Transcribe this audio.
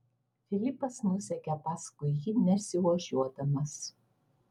filipas nusekė paskui jį nesiožiuodamas